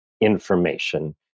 information